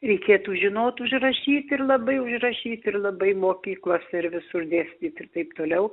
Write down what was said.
reikėtų žinot užrašyt ir labai užrašyt ir labai mokyklose ir visur dėstyt ir taip toliau